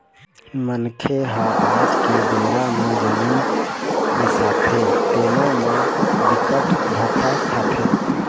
मनखे ह आज के बेरा म जमीन बिसाथे तेनो म बिकट धोखा खाथे